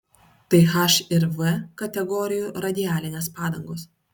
tai h ir v kategorijų radialinės padangos